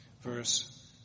verse